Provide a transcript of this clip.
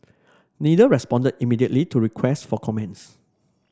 neither responded immediately to requests for comments